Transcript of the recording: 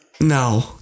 No